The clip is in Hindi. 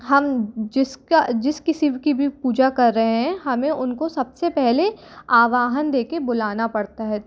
हम जिसका जिस किसी की भी पूजा कर रहे हैं हमें उनको सब से पहले आवाहन दे कर बुलाना पड़ता है